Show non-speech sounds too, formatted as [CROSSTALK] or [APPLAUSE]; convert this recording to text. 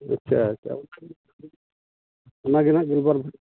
ᱟᱪᱪᱷᱟ [UNINTELLIGIBLE] ᱚᱱᱟᱜᱮ ᱱᱟᱦᱟᱜ ᱜᱮᱞᱵᱟᱨ